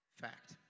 Fact